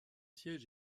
siège